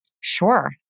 Sure